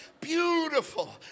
Beautiful